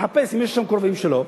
לחפש אם יש שם קרובים שלו,